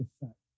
effect